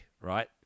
right